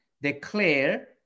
declare